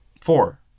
four